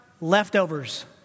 leftovers